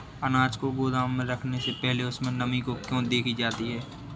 अनाज को गोदाम में रखने से पहले उसमें नमी को क्यो देखी जाती है?